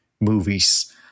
movies